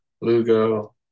Lugo